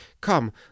come